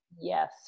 Yes